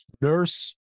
nurse